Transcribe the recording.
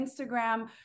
Instagram